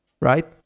right